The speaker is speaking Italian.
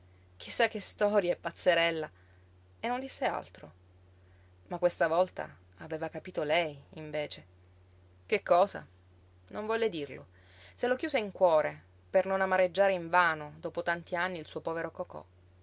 sa che storie pazzerella e non disse altro ma questa volta aveva capito lei invece che cosa non volle dirlo se lo chiuse in cuore per non amareggiare invano dopo tanti anni il suo povero cocò